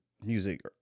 music